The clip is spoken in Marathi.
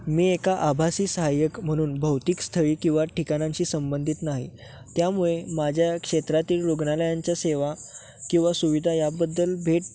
मी एका आभासी सहाय्यक म्हणून भौतिक स्थळी किंवा ठिकाणांशी संबंधित नाही त्यामुळे माझ्या क्षेत्रातील रुग्णालयांच्या सेवा किंवा सुविधा याबद्दल भेट